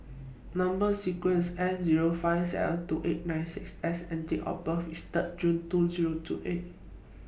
Number sequence IS S Zero five seven two eight nine six S and Date of birth IS Third June two Zero two eight